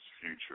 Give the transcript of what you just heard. future